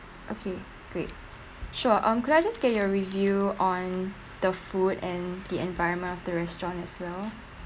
okay great sure um could I just get your review on the food and the environment of the restaurant as well